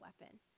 weapon